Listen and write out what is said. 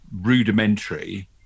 rudimentary